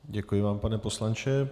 Děkuji vám, pane poslanče.